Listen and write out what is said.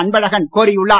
அன்பழகன் கோரியுள்ளார்